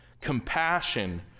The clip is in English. Compassion